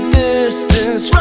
distance